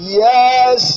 yes